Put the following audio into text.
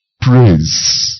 Praise